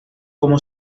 como